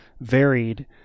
varied